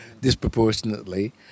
disproportionately